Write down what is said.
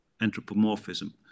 anthropomorphism